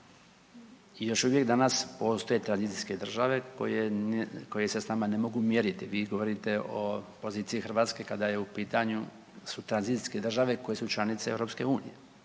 i još uvijek danas postoje tranzicijske države koje se s nama ne mogu mjeriti. Vi govorite o poziciji Hrvatske kada je u pitanju su tranzicijske države koje su članice EU. O tome